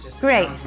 great